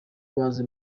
baza